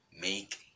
Make